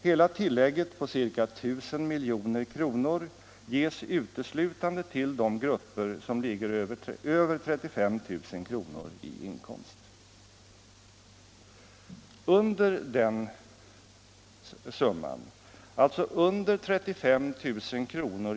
Hela tillägget på ca 1000 milj.kr. ges uteslutande till de grupper som ligger över 35 000 kr. i inkomst. Under 35 000 kr.